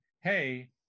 hey